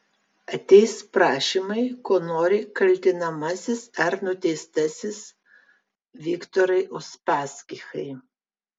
ateis prašymai ko nori kaltinamasis ar nuteistasis viktorai uspaskichai